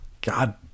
God